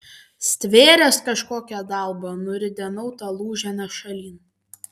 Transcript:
stvėręs kažkokią dalbą nuridenau tą lūženą šalin